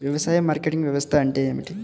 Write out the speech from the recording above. వ్యవసాయ మార్కెటింగ్ వ్యవస్థ అంటే ఏమిటి?